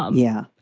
um yeah,